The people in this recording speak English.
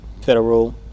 federal